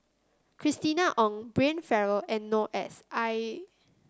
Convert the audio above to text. Christina Ong Brian Farrell and Noor S I